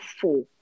four